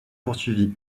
poursuivie